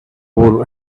wool